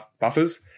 buffers